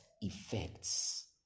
effects